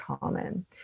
common